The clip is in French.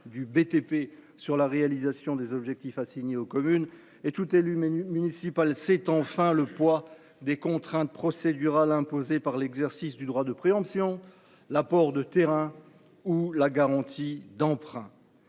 du BTP sur la réalisation des objectifs assignés aux communes. Enfin, tout élu municipal connaît le poids des contraintes procédurales imposées par l’exercice du droit de préemption, l’apport de terrains ou les garanties d’emprunt.